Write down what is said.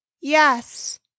yes